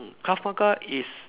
Krav-Maga is